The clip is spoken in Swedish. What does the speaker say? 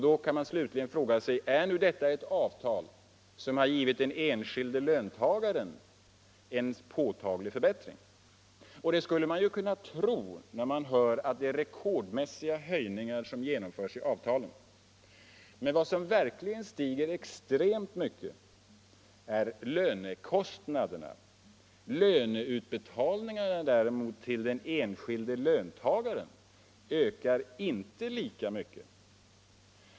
Då kan man slutligen fråga sig: Är nu detta ett avtal som har givit den enskilde löntagaren en påtaglig förbättring? Det skulle man ju kunna tro när man hör att det är rekordmässiga höjningar som genomförts i avtalen. Men vad som verkligen stiger extremt mycket är lönekostnaderna. Löneutbetalningarna däremot till den enskilde löntagaren ökar inte lika mycket.